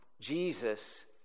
Jesus